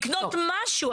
לקנות משהו.